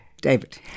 David